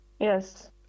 Yes